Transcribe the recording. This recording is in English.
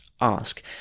ask